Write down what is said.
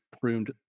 pruned